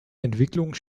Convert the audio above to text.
entwicklung